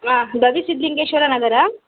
ಹಾಂ ಗವಿ ಸಿದ್ಧಲಿಂಗೇಶ್ವರ ನಗರ